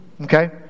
Okay